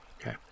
Okay